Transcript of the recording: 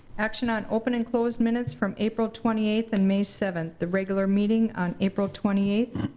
action on open and closed minutes from april twenty eighth, and may seventh, the regular meeting on april twenty eighth.